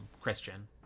christian